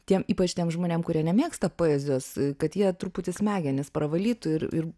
tiem ypač tiem žmonėm kurie nemėgsta poezijos kad jie truputį smegenis pravalytų ir ir